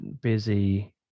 busy